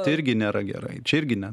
tai irgi nėra gerai čia irgi ne